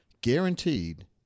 guaranteed